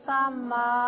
Sama